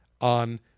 on